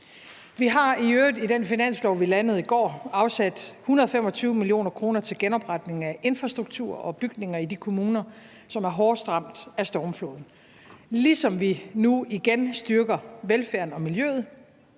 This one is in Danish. Vi har i øvrigt i den finanslov, vi landede i går, afsat 125 mio. kr. til genopretning af infrastruktur og bygninger i de kommuner, som er hårdest ramt af stormflod, ligesom vi nu igen styrker velfærden og miljøet